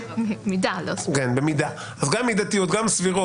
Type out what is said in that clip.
גם סבירות,